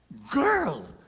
girl,